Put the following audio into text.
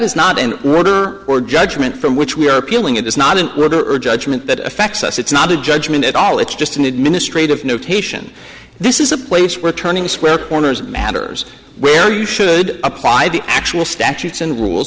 is not an order or judgment from which we are appealing it is not an rather err judgment that affects us it's not a judgment at all it's just an administrative notation this is a place where turning square corners matters where you should apply the actual statutes and rules